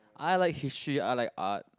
I like history I like art